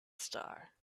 star